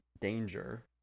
danger